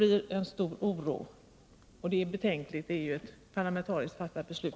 Det skapas stor oro, och det är betänkligt, eftersom det gäller ett parlamentariskt fattat beslut.